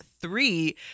three